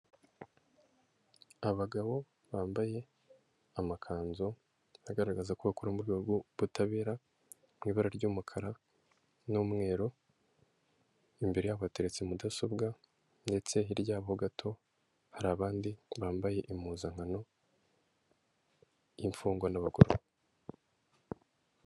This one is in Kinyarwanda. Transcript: Abagabo bambaye amakanzu agaragaza ko bakora mu rwego rw'ubutabera, mu ibara ry'umukara n'umweru, imbere yabo hateretse mudasobwa ndetse hirya yabo gato hari abandi bambaye impuzankano y'imfungwa n'abagororwa.